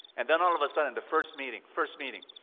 and then, all of a sudden the first meeting, first meeting.